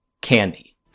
candy